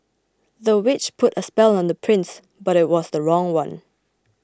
the witch put a spell on the prince but it was the wrong one